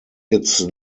its